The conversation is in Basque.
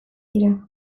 dira